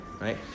right